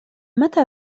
متى